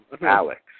Alex